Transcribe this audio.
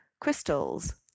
crystals